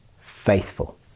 faithful